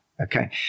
Okay